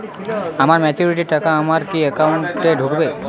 আমার ম্যাচুরিটির টাকা আমার কি অ্যাকাউন্ট এই ঢুকবে?